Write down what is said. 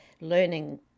learning